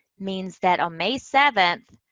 means that on may seventh,